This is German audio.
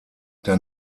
der